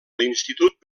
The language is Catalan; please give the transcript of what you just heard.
l’institut